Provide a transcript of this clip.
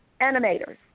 animators